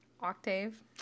Octave